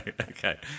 Okay